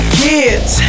kids